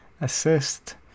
assist